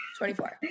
24